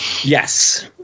yes